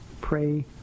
pray